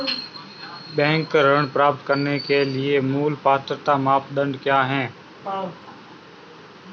Bank ऋण प्राप्त करने के लिए मूल पात्रता मानदंड क्या हैं?